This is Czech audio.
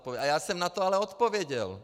Ale já jsem na to odpověděl.